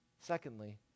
Secondly